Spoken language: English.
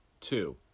Two